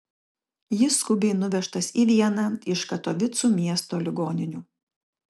jis skubiai nuvežtas į vieną iš katovicų miesto ligoninių